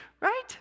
right